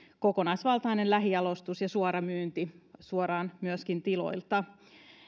kokonaisvaltainen lähijalostus ja suoramyynti myöskin suoraan tiloilta